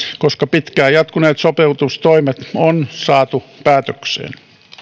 koska pitkään jatkuneet sopeutustoimet on saatu päätökseen